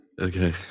okay